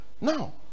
now